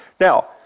Now